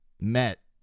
Met